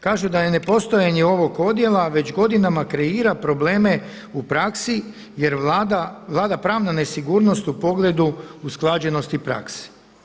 Kažu da je nepostojanje ovog odjela već godinama kreira probleme u praksi jer vlada pravna nesigurnost u pogledu usklađenosti praksi.